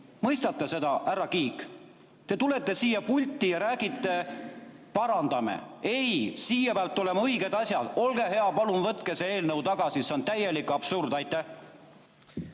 Mõistate seda, härra Kiik? Te tulete siia pulti ja räägite: parandame. Ei! Siia peavad tulema õiged asjad. Olge hea, palun võtke see eelnõu tagasi, see on täielik absurd. Suur